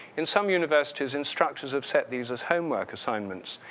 in some universities, instructors have set these as homework assignments.